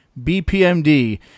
BPMD